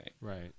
Right